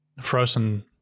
frozen